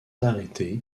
arrêtés